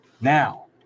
Now